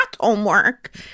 homework